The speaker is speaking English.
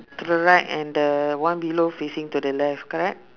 to the right and the one below facing to the left correct